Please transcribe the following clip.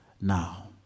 now